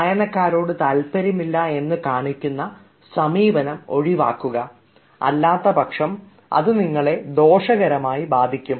വായനക്കാരോട് താൽപര്യമില്ല എന്ന് കാണിക്കുന്ന സമീപനം ഒഴിവാക്കുക അല്ലാത്തപക്ഷം അത് നിങ്ങളെ ദോഷകരമായി ബാധിക്കും